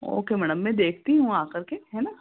okay madam मैं देखती हूँ आकर के है न